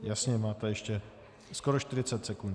Jasně, máte ještě skoro 40 sekund.